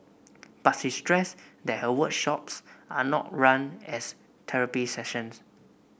but she stressed that her workshops are not run as therapy sessions